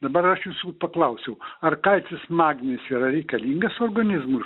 dabar aš jūsų paklausiu ar kalcis magnis yra reikalingas organizmui